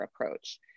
approach